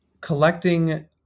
collecting